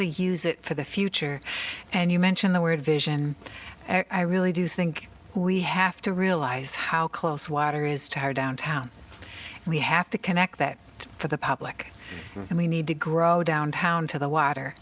to use it for the future and you mentioned the word vision i really do think we have to realize how close water is to her downtown and we have to connect that for the public and we need to grow down pound to the water